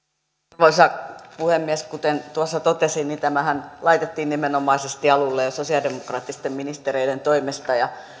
arvoisa puhemies kuten totesin tämähän laitettiin nimenomaisesti alulle jo sosialidemokraattisten ministereiden toimesta ja